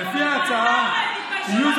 למה לא